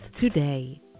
today